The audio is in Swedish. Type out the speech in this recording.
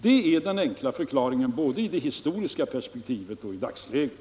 Det är den enkla förklaringen, både i det historiska perspektivet och i dagsläget.